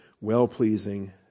well-pleasing